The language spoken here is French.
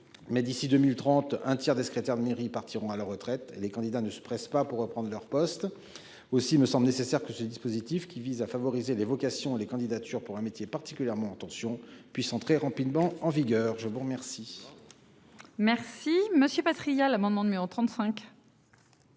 Mais d'ici 2030, un tiers des secrétaires de mairie partiront à la retraite. Les candidats ne se pressent pas pour prendre leur poste aussi il me semble nécessaire que ce dispositif qui vise à favoriser des vocations. Les candidatures pour un métier particulièrement en tension puissent entrer rapidement en vigueur. Je vous remercie. Merci Monsieur Patriat l'amendement de mais en